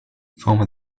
from